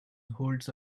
holds